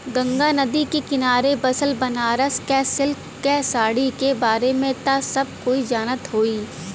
गंगा नदी के किनारे बसल बनारस क सिल्क क साड़ी के बारे में त सब कोई जानत होई